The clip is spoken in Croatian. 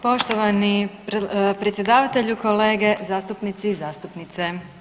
Poštovani predsjedavatelju, kolege zastupnici i zastupnice.